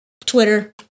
Twitter